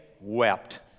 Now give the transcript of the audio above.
wept